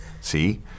See